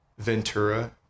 ventura